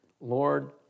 Lord